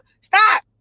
Stop